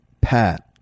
Pat